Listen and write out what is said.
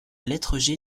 lettre